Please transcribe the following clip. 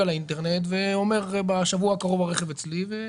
לאינטרנט ואומר: בשבוע הקרוב הרכב אצלי.